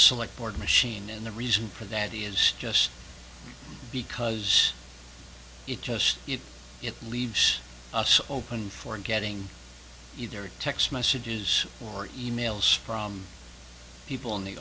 select board machine and the reason for that is just because it just it it leaves us open for getting either text messages or e mails from people in the